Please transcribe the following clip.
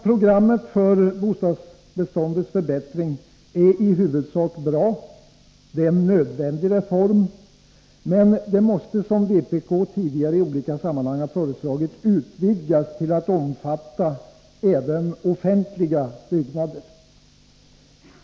Programmet för bostadsbeståndets förbättring är i huvudsak bra. Det är en nödvändig reform, men programmet måste, som vpk tidigare i olika sammanhang föreslagit, utvidgas till att omfatta även offentliga byggnader.